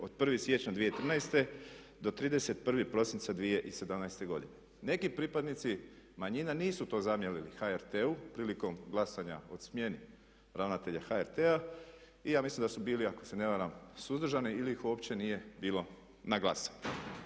od 1. siječnja 2013. do 31. prosinca 2017. godine. Neki pripadnici manjina nisu to zamjerili HRT-u prilikom glasanja o smjeni ravnatelja HRT-a i ja mislim da su bili ako se ne varam suzdržani ili ih uopće nije bilo na glasanju.